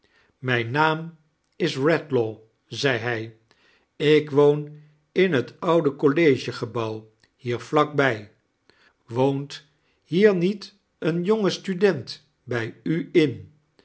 mijn naam is redlaw zei hij ik woon in het oude collegegebouw hier vlak bij woont hier niet een jonge student bij u in